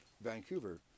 Vancouver